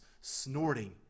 snorting